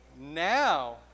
Now